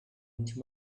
into